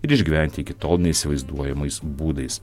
ir išgyventi iki tol neįsivaizduojamais būdais